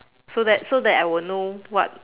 so that so that I will know what